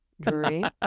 Dream